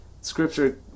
scripture